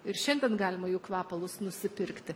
ir šiandien galima jų kvepalus nusipirkti